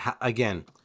again